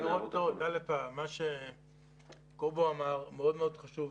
מה שקובו אמר מאוד מאוד חשוב.